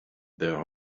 their